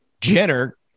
jenner